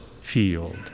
field